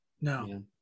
No